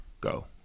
go